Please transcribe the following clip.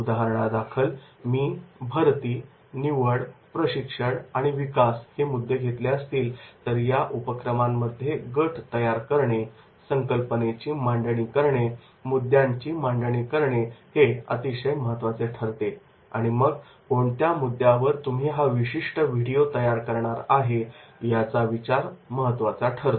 उदाहरणादाखल मी भरती निवड प्रशिक्षण आणि विकास हे मुद्दे घेतले असतील तर या उपक्रमांमध्ये गट तयार करणे संकल्पनेची मांडणी करणे मुद्यांची मांडणी करणे हे अतिशय महत्त्वाचे ठरते आणि मग कोणत्या मुद्द्यावर तुम्ही हा विशिष्ट व्हिडिओ तयार करणार आहे याचा विचार महत्त्वाचा ठरतो